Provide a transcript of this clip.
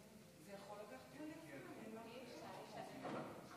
אני מחדש את הישיבה